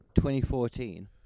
2014